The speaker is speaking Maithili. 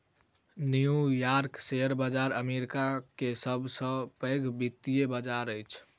न्यू यॉर्क शेयर बाजार अमेरिका के सब से पैघ वित्तीय बाजार अछि